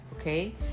Okay